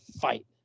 fight